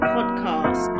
Podcast